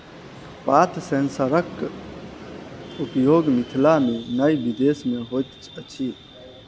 पात सेंसरक उपयोग मिथिला मे नै विदेश मे होइत अछि